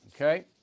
okay